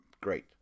Great